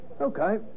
Okay